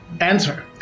Answer